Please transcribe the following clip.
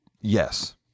yes